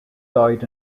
died